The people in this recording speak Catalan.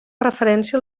referència